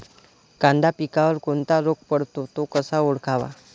कांदा पिकावर कोणता रोग पडतो? तो कसा ओळखावा?